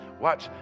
watch